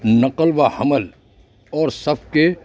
نقل و حمل اور سب کے